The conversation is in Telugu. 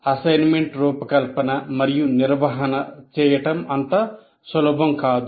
అసెస్మెంట్ రూపకల్పన మరియు నిర్వహణ చేయడం అంత సులభం కాదు